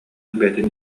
бэйэтин